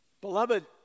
Beloved